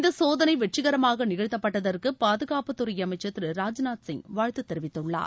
இந்தசோதனைவெற்றிகரமாகநிகழ்த்தப்பட்டதற்குபாதுகாப்புத்துறைஅமைச்சர் சிங் ராஜ்நாத் திரு வாழ்த்துதெரிவித்துள்ளார்